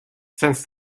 since